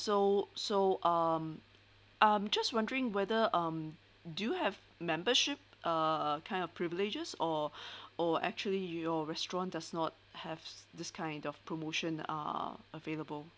so so um I'm just wondering whether um do you have membership uh kind of privileges or or actually your restaurant does not have this kind of promotion uh available